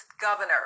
governor